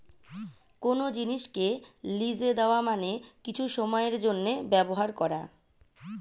কোন জিনিসকে লিজে দেওয়া মানে কিছু সময়ের জন্যে ব্যবহার করা